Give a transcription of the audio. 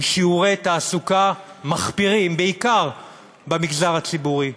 עם שיעורי תעסוקה מחפירים בעיקר במגזר הציבורי.